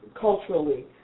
culturally